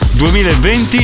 2020